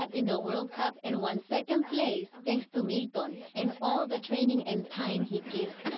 but in the world cup and won second place, thanks to milton yeah and all the training and time he gives